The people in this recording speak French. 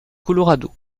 colorado